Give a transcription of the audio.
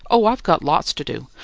oh, i've got lots to do.